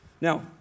Now